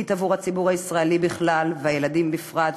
עבור הציבור הישראלי בכלל והילדים בפרט,